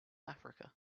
africa